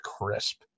crisp